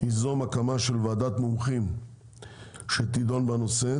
יזום הקמה של ועדת מומחים שתדון בנושא,